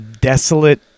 desolate